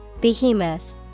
Behemoth